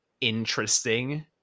interesting